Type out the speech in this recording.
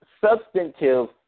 substantive